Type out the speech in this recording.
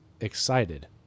excited